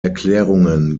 erklärungen